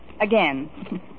Again